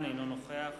אינו נוכח